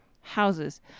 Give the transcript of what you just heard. houses